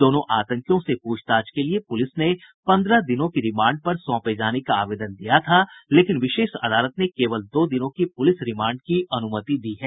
दोनों आतंकियों से पूछताछ के लिए पुलिस ने पन्द्रह दिनों की रिमांड पर सौंपे जाने का आवेदन दिया था लेकिन विशेष अदालत ने केवल दो दिनों की पुलिस रिमांड की अनुमति दी है